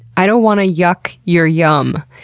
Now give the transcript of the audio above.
i don't want to yuck your yum.